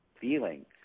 feeling